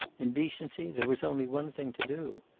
in decency, there was only one thing to do.